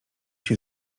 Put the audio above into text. się